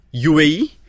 UAE